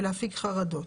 ולהפיג חרדות.